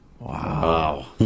Wow